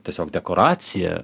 tiesiog dekoracija